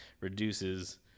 reduces